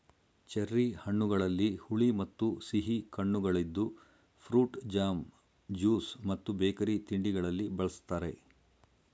cherry ಹಣ್ಣುಗಳಲ್ಲಿ ಹುಳಿ ಮತ್ತು ಸಿಹಿ ಕಣ್ಣುಗಳಿದ್ದು ಫ್ರೂಟ್ ಜಾಮ್, ಜ್ಯೂಸ್ ಮತ್ತು ಬೇಕರಿ ತಿಂಡಿಗಳಲ್ಲಿ ಬಳ್ಸತ್ತರೆ